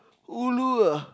ulu ah